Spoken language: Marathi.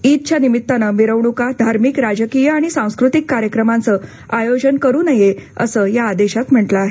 ईदच्या निमित्तानं मिरवणुका धार्मिक राजकीय आणि सांस्कृतिक कार्यक्रमांचं आयोजन करू नये असं या आदेशात म्हटलं आहे